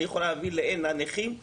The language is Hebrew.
אני יכולה להביא הנה נכים,